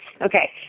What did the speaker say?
okay